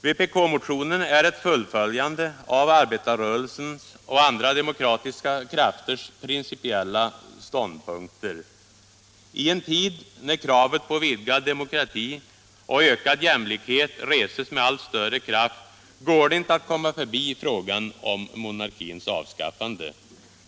Vpk-motionen är ett fullföljande av arbetarrörelsens och andra demokratiska krafters principiella ståndpunkter. I en tid när kravet på vidgad demokrati och ökad jämlikhet reses med allt större kraft går det inte att komma förbi frågan om monarkins avskaffande.